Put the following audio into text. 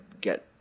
get